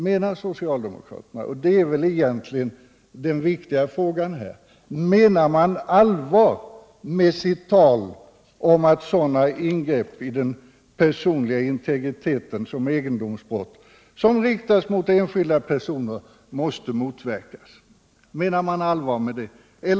Menar socialdemokraterna allvar med talet om att sådana ingrepp i den personliga integriteten som egendomsbrott riktade mot enskilda personer måste motverkas? Menar ni allvar med det?